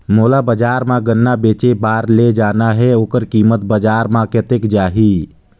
मोला बजार मां गन्ना बेचे बार ले जाना हे ओकर कीमत बजार मां कतेक जाही?